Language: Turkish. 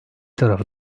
tarafı